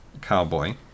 Cowboy